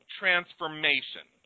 transformation